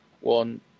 one